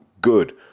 good